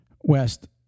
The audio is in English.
west